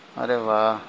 ارے واہ